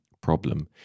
problem